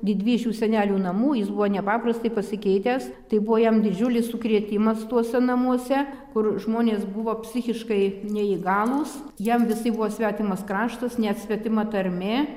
didvyžių senelių namų jis buvo nepaprastai pasikeitęs tai buvo jam didžiulis sukrėtimas tuose namuose kur žmonės buvo psichiškai neįgalūs jam visai buvo svetimas kraštas net svetima tarmė